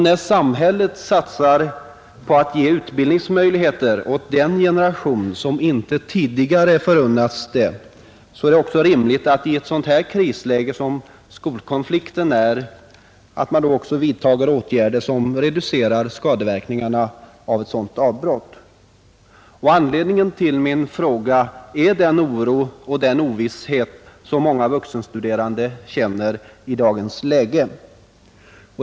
Då samhället nu satsar på att ge utbildningsmöjligheter åt den generation som inte tidigare har förunnats möjligheter till utbildning är det rimligt att man i ett sådant krisläge som skolkonflikten är vidtar åtgärder som reducerar skadeverkningarna av ett avbrott. Anledningen till min fråga är den oro och ovisshet som många vuxenstuderande känner i dagens läge.